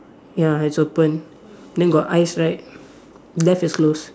ya it's open then got eyes right left is close